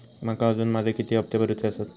माका अजून माझे किती हप्ते भरूचे आसत?